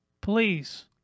please